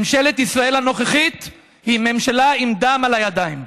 ממשלת ישראל הנוכחית היא ממשלה עם דם על הידיים.